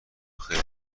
خیلی